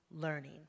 learning